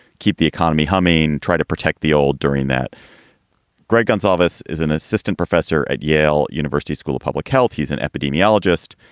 keep the economy humming. try to protect the old during that great. gonzalez is an assistant professor at yale university school of public health. he's an epidemiologist.